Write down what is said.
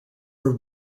were